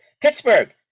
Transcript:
Pittsburgh